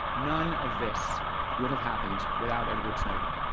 none of this would have happened without edward snowden.